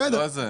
זו רק ההעברה.